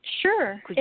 Sure